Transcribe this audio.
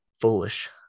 Foolish